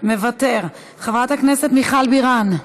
מוותר, חברת הכנסת מיכל בירן,